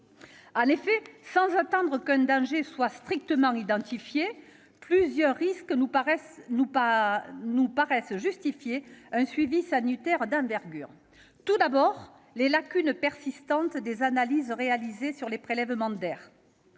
Effectivement, sans attendre qu'un danger soit strictement identifié, plusieurs risques nous paraissent justifier un suivi sanitaire d'envergure. Tout d'abord, je pense aux lacunes persistantes des analyses réalisées sur les prélèvements d'air.